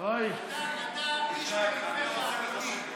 אתה איש פריפריה אמיתי.